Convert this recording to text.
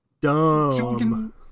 dumb